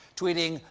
tweeting,